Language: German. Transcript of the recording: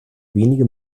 wenige